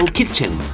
Kitchen